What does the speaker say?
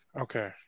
Okay